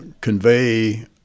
convey